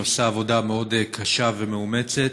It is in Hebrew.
היא עושה עבודה מאוד קשה ומאומצת,